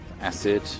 Acid